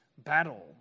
battle